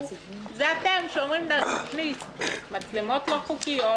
זה אתם שאומרים לשים מצלמות לא חוקיות,